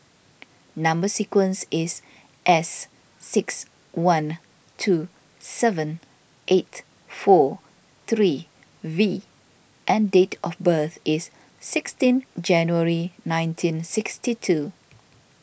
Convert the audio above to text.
Number Sequence is S six one two seven eight four three V and date of birth is sixteen January nineteen sixty two